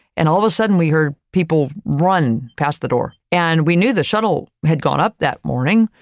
and all of a sudden, we heard people run past the door. and we knew the shuttle had gone up that morning,